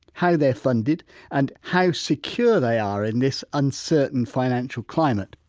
how they're funded and how secure they are in this uncertain financial climate.